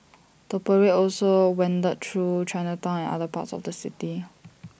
the parade also wended through Chinatown and other parts of the city